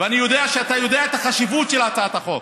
ואני יודע שאתה יודע מה החשיבות של הצעת החוק,